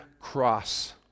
cross